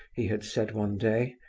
he had said one day,